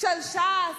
של ש"ס,